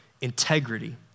integrity